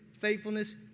faithfulness